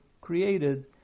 created